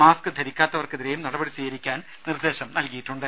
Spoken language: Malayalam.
മാസ്ക്ക് ധരിക്കാത്തവർക്കെതിരെയും നടപടി സ്വീകരിക്കാൻ നിർദേശം നൽകിയിട്ടുണ്ട്